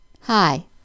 Hi